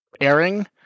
airing